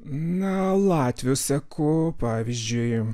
na latvių seku pavyzdžiui